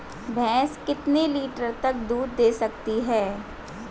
भैंस कितने लीटर तक दूध दे सकती है?